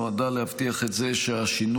נועדה להבטיח את זה שהשינוי,